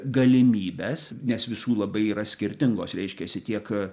galimybes nes visų labai yra skirtingos reiškiasi tiek